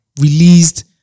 released